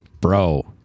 bro